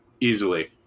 Easily